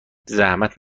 زحمت